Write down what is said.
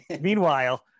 Meanwhile